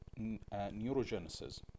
neurogenesis